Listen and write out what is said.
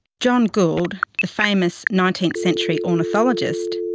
john gould, the famous nineteenth century ornithologist,